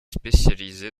spécialisée